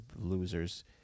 losers